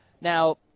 Now